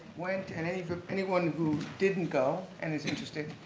went and anyone anyone who didn't go, and is interested,